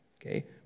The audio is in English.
Okay